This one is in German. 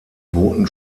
boten